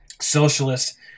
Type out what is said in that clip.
socialist